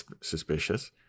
suspicious